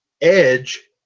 Edge